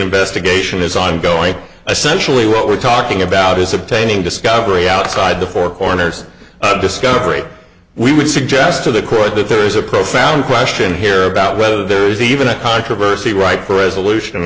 investigation is ongoing essentially what we're talking about is obtaining discovery outside the four corners of discovery we would suggest to the court that there is a profound question here about whether there's even a controversy right for resolution